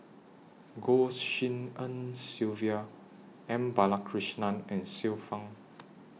Goh Tshin En Sylvia M Balakrishnan and Xiu Fang